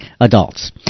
adults